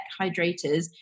hydrators